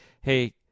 hey